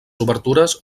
obertures